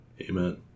Amen